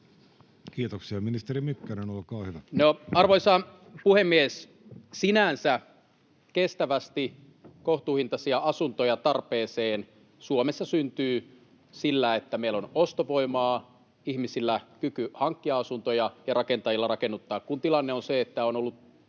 Kiitoksia. — Ministeri Mykkänen, olkaa hyvä. Arvoisa puhemies! Sinänsä kestävästi kohtuuhintaisia asuntoja tarpeeseen Suomessa syntyy sillä, että meillä on ostovoimaa, ihmisillä kyky hankkia asuntoja ja rakentajilla rakennuttaa. Kun tilanne on se, että